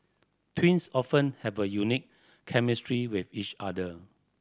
twins often have a unique chemistry with each other